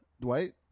Dwight